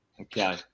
Okay